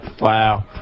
Wow